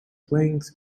wings